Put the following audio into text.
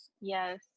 Yes